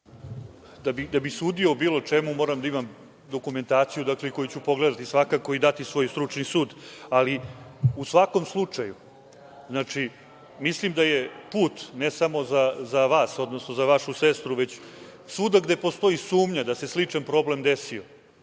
Da bih sudio o bilo čemu moram da imam dokumentaciju koju ću pogledati, svakako, i dati svoj stručni sud.U svakom slučaju mislim da je put, ne samo za vas, odnosno za vašu sestru, već svuda gde postoji sumnja da se sličan problem desio